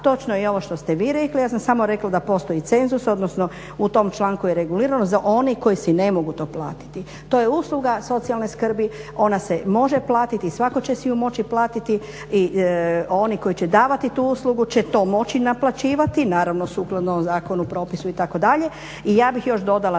točno je i ovo što ste vi rekli, ja sam samo rekla da postoji cenzus odnosno u tom članku je regulirano za one koji su ne mogu to platiti. To je usluga socijalne skrbi, ona se može platiti i svatko će si ju moći platiti i oni koji će davati tu uslugu će to moći naplaćivati naravno sukladno zakonu, propisu itd. I ja bih još dodala